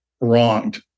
wronged